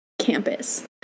campus